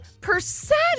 percent